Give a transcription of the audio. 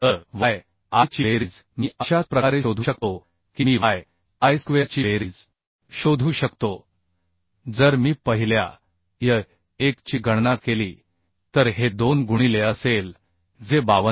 तर y i ची बेरीज मी अशाच प्रकारे शोधू शकतो की मी y i स्क्वेअरची बेरीज शोधू शकतो जर मी पहिल्या y 1 ची गणना केली तर हे 2 गुणिले असेल जे 52